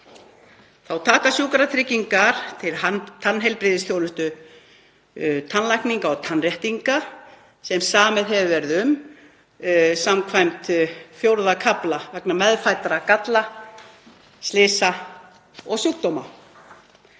Þá taka sjúkratryggingar til tannheilbrigðisþjónustu, tannlækninga og tannréttinga sem samið hefur verið um skv. IV. kafla vegna meðfæddra galla, slysa og sjúkdóma.